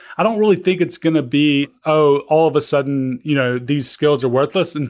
i don't really think it's going to be oh, all of a sudden, you know these skills are worthless. and